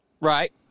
right